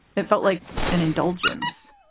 it felt like an indulgence.